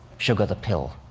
sugar the pill?